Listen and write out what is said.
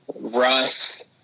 Russ –